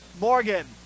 Morgan